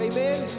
Amen